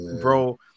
bro